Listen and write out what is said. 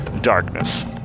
Darkness